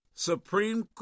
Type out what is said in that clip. Supreme